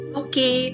okay